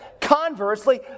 Conversely